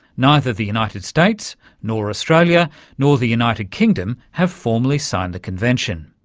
neither the united states nor australia nor the united kingdom have formally signed the convention.